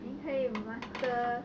then 可以 master